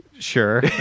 Sure